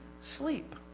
sleep